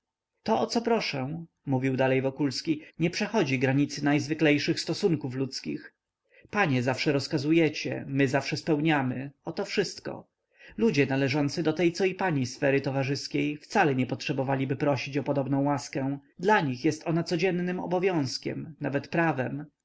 to o co proszę mówił dalej wokulski nie przechodzi granicy najzwyklejszych stosunków ludzkich panie zawsze rozkazujecie my zawsze spełniamy oto wszystko ludzie należący do tej co i pani sfery towarzyskiej wcale nie potrzebowaliby prosić o podobną łaskę dla nich jest ona codziennym obowiązkiem nawet prawem